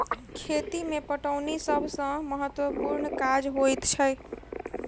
खेती मे पटौनी सभ सॅ महत्त्वपूर्ण काज होइत छै